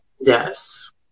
Yes